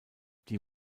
die